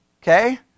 Okay